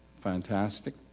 fantastic